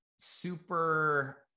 super